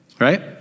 right